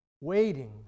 waiting